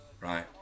right